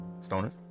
stoner